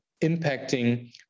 impacting